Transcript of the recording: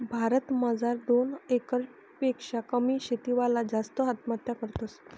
भारत मजार दोन एकर पेक्शा कमी शेती वाला जास्त आत्महत्या करतस